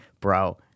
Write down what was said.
bro